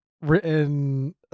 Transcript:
written